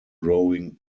growing